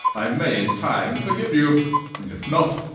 i may in time forgive you if not,